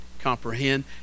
comprehend